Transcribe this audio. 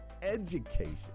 education